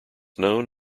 known